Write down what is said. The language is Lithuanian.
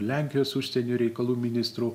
lenkijos užsienio reikalų ministru